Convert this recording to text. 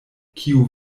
kiu